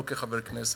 לא כחבר כנסת,